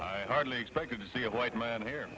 you hardly expected to see a white man here